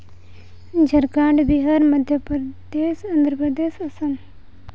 Jharkhand Bihar Madhya Pradesh Andhra Pradesh Assam